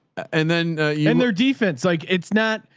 and then yeah in their defense, like it's not,